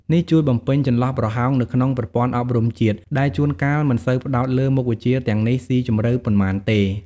នេះជួយបំពេញចន្លោះប្រហោងនៅក្នុងប្រព័ន្ធអប់រំជាតិ ដែលជួនកាលមិនសូវផ្តោតលើមុខវិជ្ជាទាំងនេះស៊ីជម្រៅប៉ុន្មានទេ។